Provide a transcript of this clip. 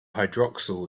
hydroxyl